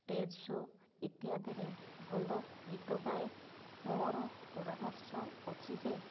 stage show ଇତ୍ୟାଦିରେ ଭଲ ଗୀତ ଗାଏ ମୋ'ର ପରାମର୍ଶ ଅଛି ଯେ